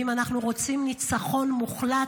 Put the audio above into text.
אם אנחנו רוצים ניצחון מוחלט,